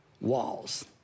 walls